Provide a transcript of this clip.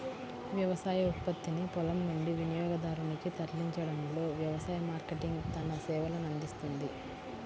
వ్యవసాయ ఉత్పత్తిని పొలం నుండి వినియోగదారునికి తరలించడంలో వ్యవసాయ మార్కెటింగ్ తన సేవలనందిస్తుంది